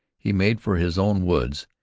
he made for his own woods,